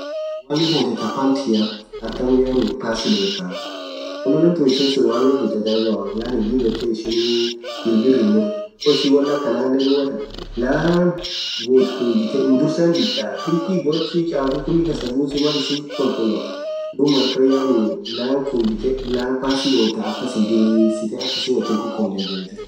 Surwali thanthe thaa panthia atam yaani pasii dhothaa surwali tun ishin surwali chacharekhoa yaani dhib yethee ishin jilbirrr hin murthuu woishin wonn akhanan dhuathan laaan woth kujitheee ammo dhursaa hindhithaa dhikii borchiii chafuu khulii kasaa busii Mal ishin khulkhulmthu dhub malkan yaani laaan khujithe laan passi dhothaa akhasin dirisithe akha ishin woth hinn khukhunjam jebithee